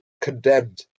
condemned